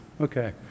Okay